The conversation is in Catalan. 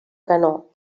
canó